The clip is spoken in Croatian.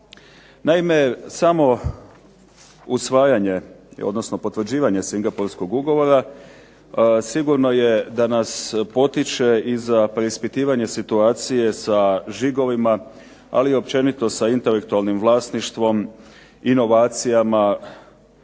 Naime, samo usvajanje i odnosno potvrđivanje Singapurskog ugovora sigurno je da nas potiče i za preispitivanje situacije sa žigovima, ali i općenito sa intelektualnim vlasništvom, inovacijama